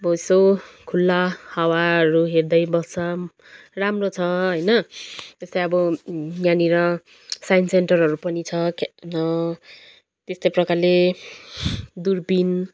अब यसो खुल्ला हावाहरू हेर्दै बस्छ राम्रो छ होइन जस्तै अब यहाँनिर साइन्स सेन्टरहरू पनि छ त्यस्तै प्रकारले दुर्पिन